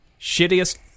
shittiest